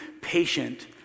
patient